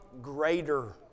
greater